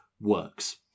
works